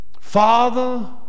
Father